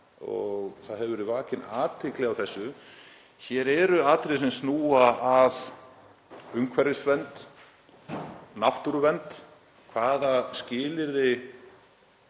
og það hefur verið vakin athygli á þessu. Hér eru atriði sem snúa að umhverfisvernd, náttúruvernd, hvaða skilyrði